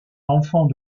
enfant